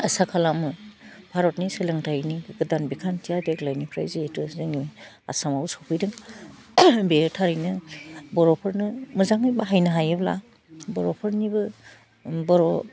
आसा खालामो भारतनि सोलोंथाइनि गोदान बिखान्थिया देग्लाइनिफ्राय जिहेथु जोंनि आसामाव सफैदों बे थारैनो बर'फोरनो मोजाङै बाहायनो हायोब्ला बर'फोरनिबो उम बर'